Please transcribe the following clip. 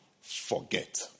forget